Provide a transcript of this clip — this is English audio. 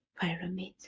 Pyramid